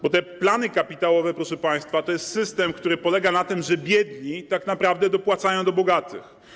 Bo te plany kapitałowe, proszę państwa, to jest system, który polega na tym, że biedni tak naprawdę dopłacają do bogatych.